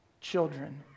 children